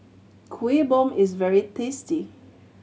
Kuih Bom is very tasty